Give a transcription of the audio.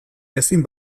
ezin